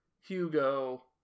Hugo